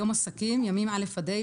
"יום עסקים" ימים א' עד ה',